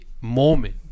moment